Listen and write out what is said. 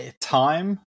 Time